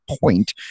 point